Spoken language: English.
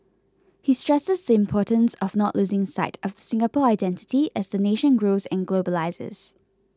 he stresses the importance of not losing sight of the Singapore identity as the nation grows and globalises